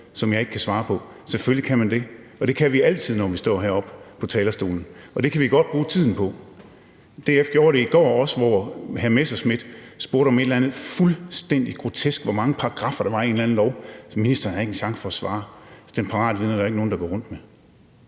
som jeg ikke kan svare på – selvfølgelig kan man det. Det kan vi altid, når vi står heroppe på talerstolen, og det kan vi godt bruge tiden på. DF gjorde det også i går, hvor hr. Morten Messerschmidt spurgte om et eller andet fuldstændig grotesk, nemlig hvor mange paragraffer der var i en eller anden lov, som ministeren ikke havde en chance for at svare på. Den paratviden er der ikke nogen der går rundt med.